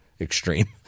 extreme